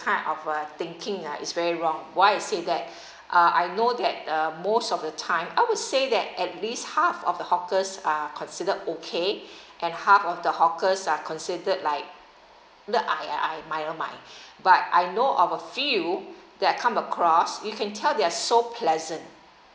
kind of uh thinking ah is very wrong why I say that uh I know that uh most of the time I would say that at least half of the hawkers are considered okay and half of the hawkers are considered like the I I but I know of a few that I've come across you can tell they are so pleasant